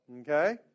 Okay